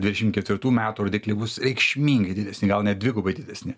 dvidešimt ketvirtų metų rodikliai bus reikšmingai didesni gal net dvigubai didesni